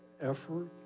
effort